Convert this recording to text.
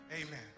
Amen